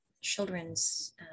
children's